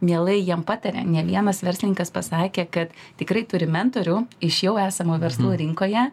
mielai jiem pataria ne vienas verslininkas pasakė kad tikrai turi mentorių iš jau esamų verslų rinkoje